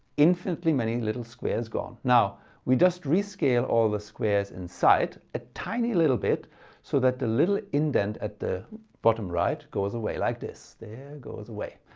infinitely many little squares gone. now we just rescale all the squares in sight a tiny little bit so that the little indent at the bottom right goes away like this. there goes away.